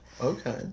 okay